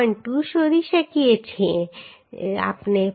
2 શોધી શકીએ છીએ આપણે 4